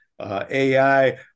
AI